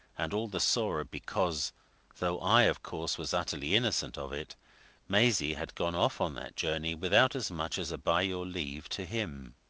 and all the sorer because though i, of course, was utterly innocent of it maisie had gone off on that journey without as much as a by-your-leave to him.